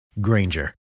Granger